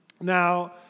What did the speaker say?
Now